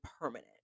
permanent